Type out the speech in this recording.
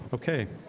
okay,